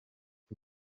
cyo